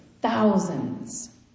thousands